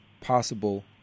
possible